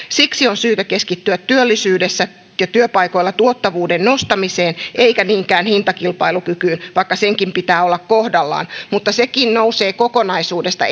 siksi on syytä keskittyä työllisyydessä ja työpaikoilla tuottavuuden nostamiseen eikä niinkään hintakilpailukykyyn vaikka senkin pitää olla kohdallaan mutta sekin nousee kokonaisuudesta